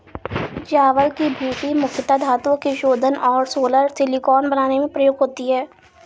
चावल की भूसी मुख्यता धातुओं के शोधन और सोलर सिलिकॉन बनाने में प्रयोग होती है